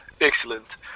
Excellent